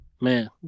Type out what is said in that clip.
Man